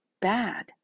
bad